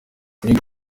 umwana